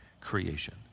creation